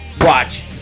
watch